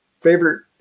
favorite